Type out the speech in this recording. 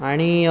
आणि